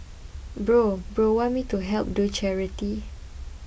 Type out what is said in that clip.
bro bro want me to help do charity